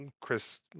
Chris